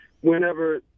whenever